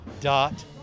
dot